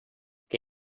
que